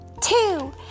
two